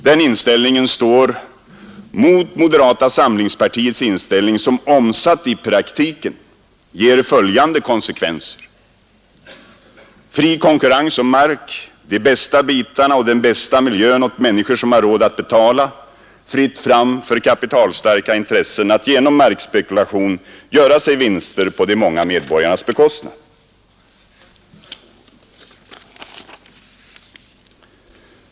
Den inställningen står mot moderata samlingspartiets inställning, som omsatt i praktiken ger följande konsekvenser: fri konkurrens om mark, de bästa bitarna och den bästa miljön åt människor som har råd att betala, fritt fram för kapitalstarka intressen att genom markspekulation göra sig vinster på de många medborgarnas bekostnad.